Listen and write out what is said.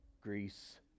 Greece